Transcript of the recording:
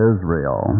Israel